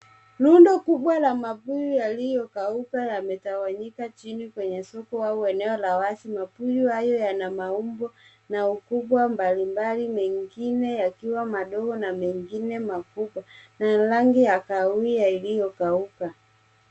Rundo kubwa la mabuyu yaliyokauka yametawanyika chini kwenye soko au eneo la wazi. Mabuyu hayo yana maumbo na ukubwa mbalimbali, mengine yakiwa madogo na mengine makubwa na yenye rangi ya kahawia iliyokauka.